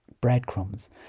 breadcrumbs